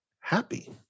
happy